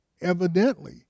evidently